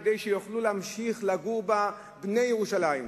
כדי שיוכלו להמשיך לגור בה בני ירושלים.